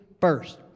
first